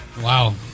Wow